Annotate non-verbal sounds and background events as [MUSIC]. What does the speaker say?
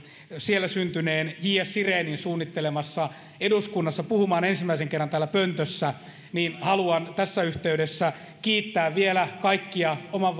syntyneen j s sirenin suunnittelemassa eduskunnassa puhumaan ensimmäisen kerran täällä pöntössä niin haluan tässä yhteydessä kiittää vielä kaikkia oman [UNINTELLIGIBLE]